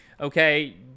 okay